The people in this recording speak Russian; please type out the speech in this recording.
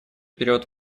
период